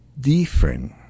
different